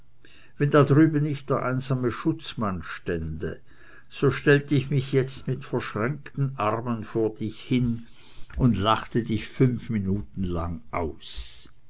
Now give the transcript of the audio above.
wenn da drüben nicht der einsame schutzmann stände so stellt ich mich jetzt mit verschränkten armen vor dich hin und lachte dich fünf minuten lang aus